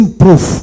proof